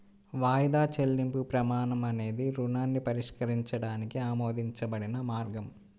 వాయిదా చెల్లింపు ప్రమాణం అనేది రుణాన్ని పరిష్కరించడానికి ఆమోదించబడిన మార్గం